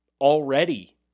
already